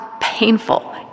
painful